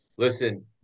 Listen